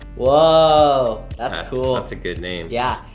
whoa, that's cool. that's a good name. yeah.